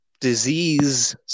disease